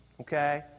okay